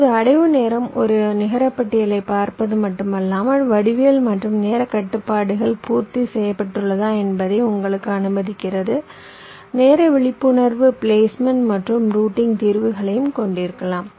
இப்போது அடைவு நேரம் ஒரு நிகரப்பட்டியலை பார்ப்பது மட்டுமல்லாமல் வடிவியல் மற்றும் நேரக் கட்டுப்பாடுகள் பூர்த்தி செய்யப்பட்டுள்ளதா என்பதை உங்களுக்கு அனுமதிக்கிறது நேர விழிப்புணர்வு பிளேஸ்மெண்ட் மற்றும் ரூட்டிங் தீர்வுகளையும் கொண்டிருக்கலாம்